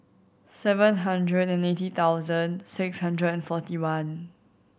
seven hundred and eighty thousand six hundred and forty one